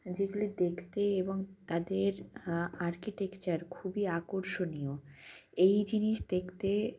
যেগুলি দেখতে এবং তাদের আর্কিটেকচার খুবই আকর্ষণীয় এই জিনিস দেকতে